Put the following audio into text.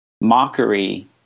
mockery